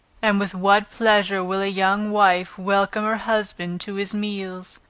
and with what pleasure will a young wife welcome her husband to his meals,